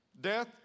Death